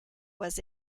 was